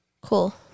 Cool